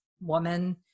woman